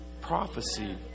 Prophecy